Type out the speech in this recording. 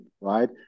right